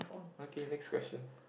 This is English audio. okay next question